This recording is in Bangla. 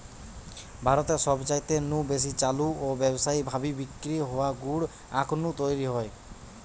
ভারতে সবচাইতে নু বেশি চালু ও ব্যাবসায়ী ভাবি বিক্রি হওয়া গুড় আখ নু তৈরি হয়